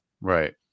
right